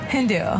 Hindu